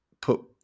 put